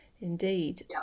indeed